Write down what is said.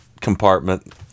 compartment